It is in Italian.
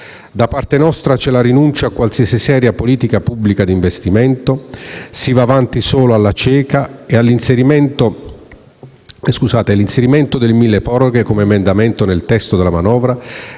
Da parte vostra c'è la rinuncia a qualsiasi seria politica pubblica di investimento, si va avanti solo alla cieca e l'inserimento del milleproroghe come emendamento nel testo della manovra